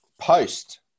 post